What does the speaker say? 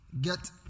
Get